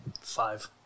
Five